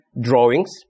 drawings